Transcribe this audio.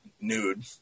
nude